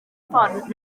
ffordd